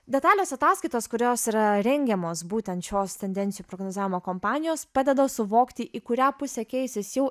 detalios ataskaitos kurios yra rengiamos būtent šios tendencijų prognozavimo kompanijos padeda suvokti į kurią pusę keisis jau